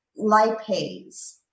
lipase